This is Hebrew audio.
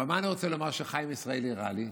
אבל מה שאני רוצה לומר שחיים ישראלי הראה לי,